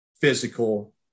physical